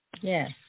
Yes